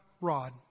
rod